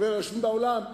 גם אנשים באולם,